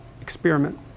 experiment